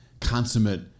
consummate